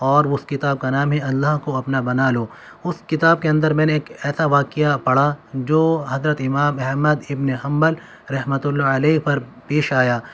اور اس کتاب کا نام ہے اللہ کو اپنا بنا لو اس کتاب کے اندر میں نے ایک ایسا واقعہ پڑھا جو حضرت امام احمد ابن حنبل رحمتہ اللہ علیہ پر پیش آیا